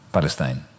Palestine